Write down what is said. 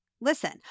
Listen